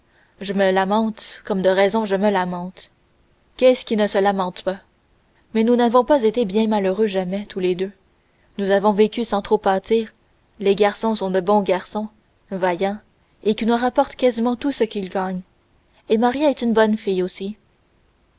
je me lamente comme de raison je me lamente qui est-ce qui ne se lamente pas mais nous n'avons pas été bien malheureux jamais tous les deux nous avons vécu sans trop pâtir les garçons sont de bons garçons vaillants et qui nous rapportent quasiment tout ce qu'ils gagnent et maria est une bonne fille aussi